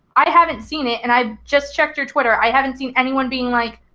i haven't seen it and i just checked your twitter, i haven't seen anyone being, like,